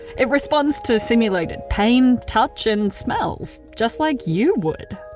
it responds to simulated pain, touch and smells just like you would.